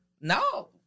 No